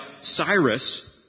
Cyrus